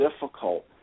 difficult